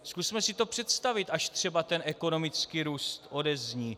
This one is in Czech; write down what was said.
Zkusme si to představit, až třeba ekonomický růst odezní.